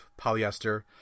polyester